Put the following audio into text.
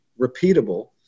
repeatable